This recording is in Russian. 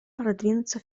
продвинуться